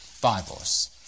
Bibles